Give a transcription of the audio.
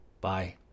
Bye